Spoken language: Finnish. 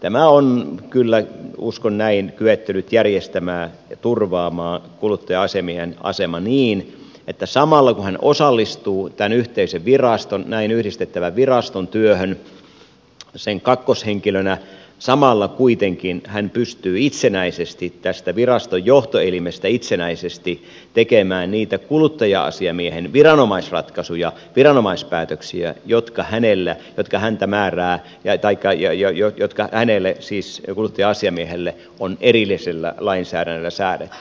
tämä on kyllä uskon näin kyetty nyt järjestämään turvaamaan kuluttaja asiamiehen asema niin että samalla kun hän osallistuu tämän yhteisen viraston näin yhdistettävän viraston työhön sen kakkoshenkilönä kuitenkin hän pystyy itsenäisesti tästä viraston johtoelimestä tekemään niitä kuluttaja asiamiehen viranomaisratkaisuja viranomaispäätöksiä jotka hänelle pitkähäntämäärää ja paikka jäi jo jotka hänelle siis kuluttaja asiamiehelle on erillisellä lainsäädännöllä säädetty